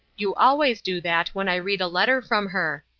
you always do that when i read a letter from her.